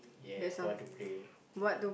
yes what to play